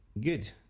Good